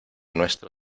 nuestro